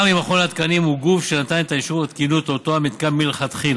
גם אם מכון התקנים הוא הגוף שנתן את אישור התקינות לאותו מתקן מלכתחילה.